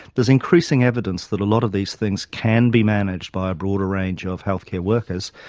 but is increasing evidence that a lot of these things can be managed by a broader range of healthcare workers,